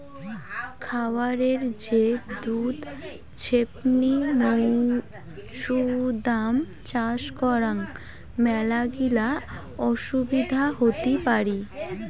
খায়ারে যে দুধ ছেপনি মৌছুদাম চাষ করাং মেলাগিলা অসুবিধা হতি পারি